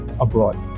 abroad